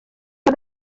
uyu